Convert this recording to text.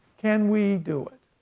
can we do it?